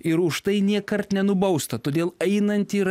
ir už tai nėkart nenubausta todėl einant ir